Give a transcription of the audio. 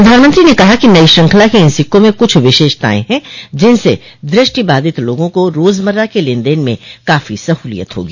प्रधानमंत्री ने कहा कि नई श्रृंखला के इन सिक्कों में कुछ विशेषताएं हैं जिनसे दृष्टि बाधित लोगों को रोजमर्रा के लेनदेन में काफी सहूलियत होगी